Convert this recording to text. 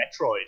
metroid